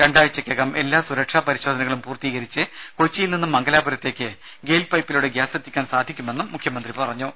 രണ്ടാഴ്ചയ്ക്കുള്ളിൽ എല്ലാ സുരക്ഷാ പരിശോധനകളും പൂർത്തീകരിച്ച് കൊച്ചിയിൽ നിന്നും മംഗലാപുരത്തേക്ക് ഗെയിൽ പൈപ്പിലൂടെ ഗ്യാസ് എത്തിക്കാൻ സാധിക്കുമെന്നും മുഖ്യമന്ത്രി അറിയിച്ചു